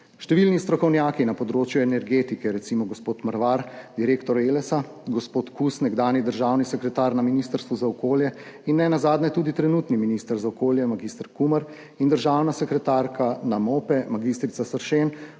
Številni strokovnjaki na področju energetike, recimo gospod Mervar, direktor ELES, gospod Kus, nekdanji državni sekretar na ministrstvu za okolje, in nenazadnje tudi trenutni minister za okolje mag. Kumer in državna sekretarka na MOPE mag. Seršen,